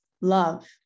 Love